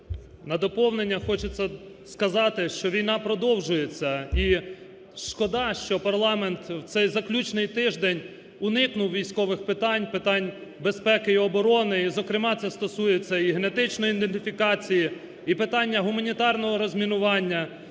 На доповнення хочеться сказати, що війна продовжується. І шкода, що парламент в цей заключний тиждень уникнув військових питань, питань безпеки і оборони, і, зокрема, це стосується і генетичної ідентифікації, і питання гуманітарного розмінування,